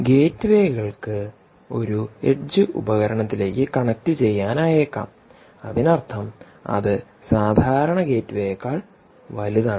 ഗേറ്റ്വേകൾക്ക് ഒരു എഡ്ജ് ഉപകരണത്തിലേക്ക് കണക്റ്റുചെയ്യാനായേക്കാം അതിനർത്ഥം അത് സാധാരണ ഗേറ്റ്വേയേക്കാൾ വലുതാണ്